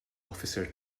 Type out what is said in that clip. officer